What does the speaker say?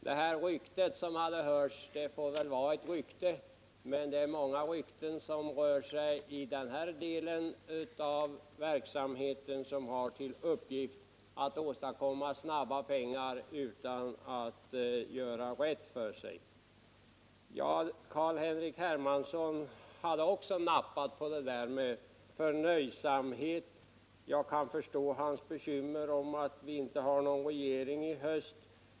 Det rykte som hade hörts får väl förbli ett rykte, men det går många rykten kring den verksamhet som går ut på att man skall tjäna snabba pengar utan att göra rätt för sig. Carl-Henrik Hermansson hade också nappat på ordet förnöjsamhet. Jag kan förstå hans bekymmer för att vi inte skulle ha någon regering i höst.